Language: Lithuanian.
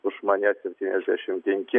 už mane septyniasdešimt penki